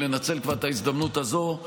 כבר לנצל את ההזדמנות הזו.